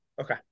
Okay